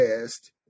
past